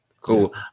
cool